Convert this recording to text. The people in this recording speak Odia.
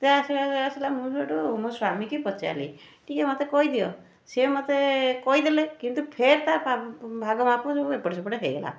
ଚିନ୍ତା ଆସିଲା ମୁଁ ସେଇଠୁ ମୋ ସ୍ୱାମୀଙ୍କି ପଚାରିଲି ଟିକିଏ ମୋତେ କହିଦିଅ ସିଏ ମୋତେ କହିଦେଲେ କିନ୍ତୁ ଫେରେ ତା' ଭାଗମାପ ସବୁ ଏପଟ ସେପଟ ହେଇଗଲା